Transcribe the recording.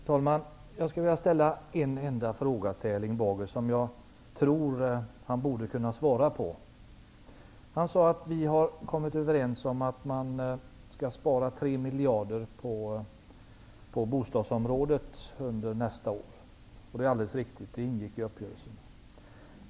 Herr talman! Jag vill till Erling Bager ställa en enda fråga, som jag tror att han bör kunna svara på. Erling Bager sade att vi har kommit överens om att spara 3 miljarder på bostadsområdet under nästa år. Det är alldeles riktigt. Det ingick i uppgörelsen.